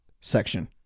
section